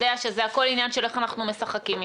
שזה הכול עניין של איך אנחנו משחקים אתם,